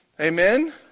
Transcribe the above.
Amen